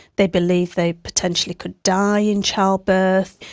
they believe they potentially could die in childbirth,